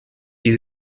die